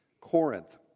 Corinth